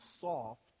soft